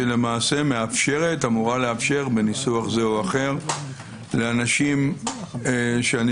שלמעשה אמורה לאפשר בניסוח זה או אחר לאנשים שלא